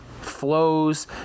flows